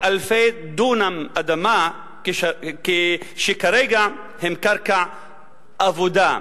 אלפי דונם אדמה שכרגע הם קרקע אבודה.